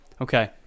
Okay